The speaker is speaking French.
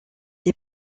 les